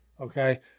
okay